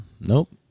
nope